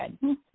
good